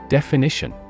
Definition